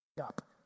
up